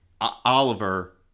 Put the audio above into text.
Oliver